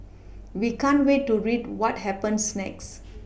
we can't wait to read what happens next